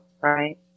right